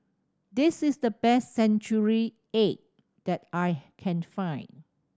this is the best century egg that I can find